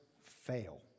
fail